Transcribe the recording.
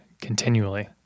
Continually